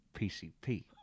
PCP